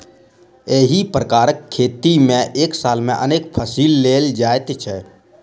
एहि प्रकारक खेती मे एक साल मे अनेक फसिल लेल जाइत छै